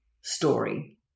story